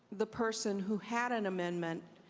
the person who had an amendment